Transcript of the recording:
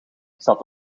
zat